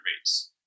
rates